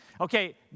Okay